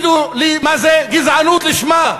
תגידו לי מה זה גזענות לשמה,